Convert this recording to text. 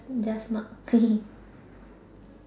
just mark